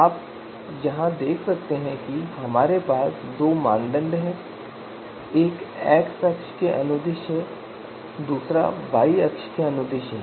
आप यहां देख सकते हैं कि हमारे पास 2 मानदंड हैं एक X अक्ष के अनुदिश मानदंड 1 है और दूसरा Y अक्ष के अनुदिश है